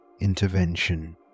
intervention